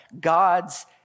God's